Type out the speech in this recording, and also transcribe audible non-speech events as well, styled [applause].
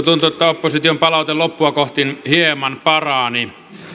[unintelligible] tuntuu että opposition palaute loppua kohti hieman parani